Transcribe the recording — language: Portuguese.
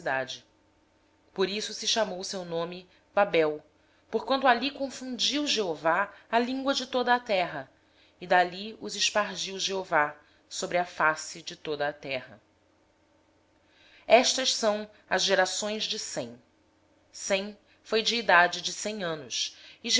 cidade por isso se chamou o seu nome babel porquanto ali confundiu o senhor a linguagem de toda a terra e dali o senhor os espalhou sobre a face de toda a terra estas são as gerações de sem tinha ele cem anos